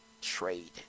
trade